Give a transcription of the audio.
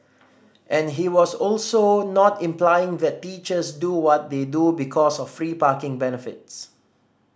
and he was also not implying that teachers do what they do because of free parking benefits